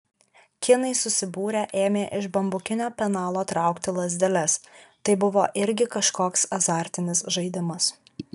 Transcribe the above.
kinai susibūrę ėmė iš bambukinio penalo traukti lazdeles tai buvo irgi kažkoks azartinis žaidimas